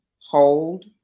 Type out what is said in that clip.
hold